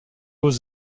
aux